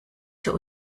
zur